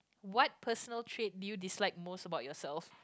what personal trait did you dislike most about yourself